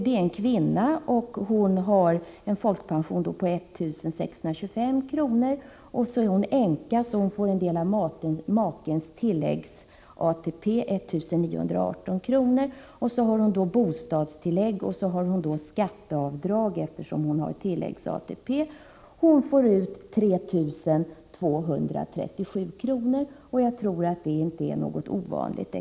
Det är en kvinna med en folkpension på 1 625 kr. Hon är änka, så hon får en del av makens tilläggs-ATP, 1918 kr. Hon har bostadstillägg och även skatteavdrag, eftersom hon har tilläggs-ATP. Hon får ut 3 237 kr. i månaden. Jag tror inte det är något ovanligt.